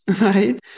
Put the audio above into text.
right